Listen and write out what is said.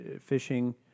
fishing